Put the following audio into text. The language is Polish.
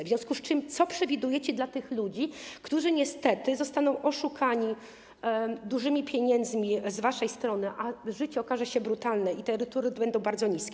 W związku z tym co przewidujecie dla tych ludzi, którzy niestety zostaną oszukani obietnicą dużych pieniędzy z waszej strony, a życie okaże się brutalne i te emerytury będą bardzo niskie?